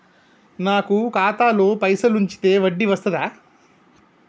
నాకు ఖాతాలో పైసలు ఉంచితే వడ్డీ వస్తదా?